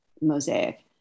mosaic